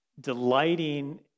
delighting